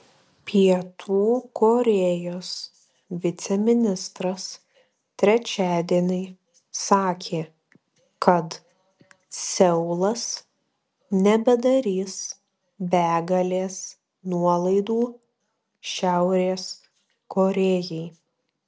pietų korėjos viceministras trečiadienį sakė kad seulas nebedarys begalės nuolaidų šiaurės korėjai